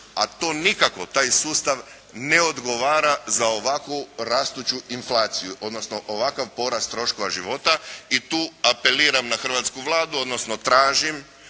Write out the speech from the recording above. a to nikako, taj sustav ne odgovara za ovakvu rastuću inflaciju, odnosno ovakav porast troškova života i tu apeliram na hrvatsku Vladu, odnosno tražim